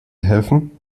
helfen